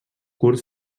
curt